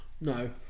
no